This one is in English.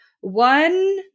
one